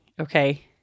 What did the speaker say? okay